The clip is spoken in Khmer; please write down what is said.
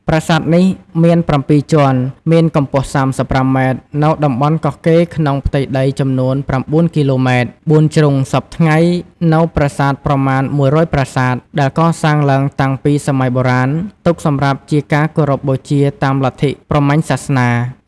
ប្រាសាទនេះមាន៧ជាន់ មានកំពស់ ៣៥ម៉ែត្រ នៅតំបន់កោះកេរ្តិ៍ក្នុងផ្ទៃដីចំនួន៩គីឡូម៉ែត្រ ៤ជ្រុងសព្វថ្ងៃនូវប្រាសាទប្រមាណ១០០ប្រាសាទ ដែលកសាងឡើងតាំងពីសម័យបុរាណ ទុកសំរាប់ជាការគោរពបូជាតាមលទ្ធិព្រហ្មញ្ញសាសនា។